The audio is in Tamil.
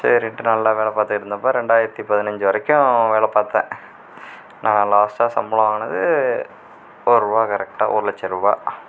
சரின்ட்டு நல்லா வேலை பார்த்துக்கிட்டு இருந்தப்போ ரெண்டாயிரத்தி பதினஞ்சு வரைக்கும் வேலை பார்த்தேன் நான் லாஸ்டாக சம்பளம் வாங்கினது ஒர் ரூபா கரெக்டாக ஒரு லட்சம் ரூபா